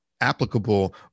applicable